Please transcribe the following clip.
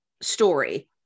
story